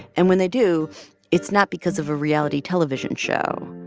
and when they do it's not because of a reality television show.